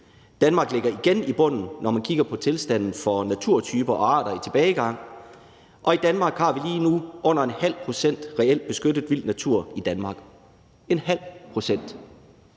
Danmark ligger igen i bunden, når man kigger på tilstanden for naturtyper og arter og deres tilbagegang, og i Danmark har vi lige nu under ½ pct. reelt beskyttet vild natur i Danmark – ½ pct.